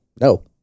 no